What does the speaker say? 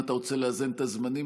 אם אתה רוצה לאזן את הזמנים,